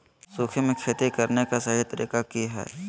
सूखे में खेती करने का सही तरीका की हैय?